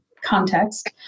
context